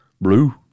Blue